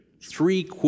three